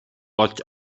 олж